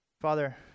Father